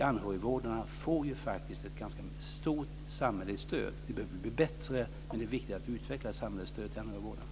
Anhörigvårdarna får faktiskt ett ganska stort samhälleligt stöd. Det behöver bli bättre. Det är viktigt att utveckla samhällets stöd till anhörigvårdarna.